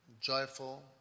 Joyful